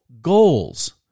goals